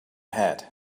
hat